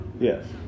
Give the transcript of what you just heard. Yes